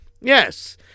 Yes